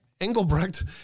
Engelbrecht